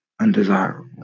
undesirable